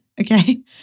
Okay